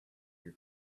your